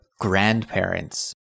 grandparents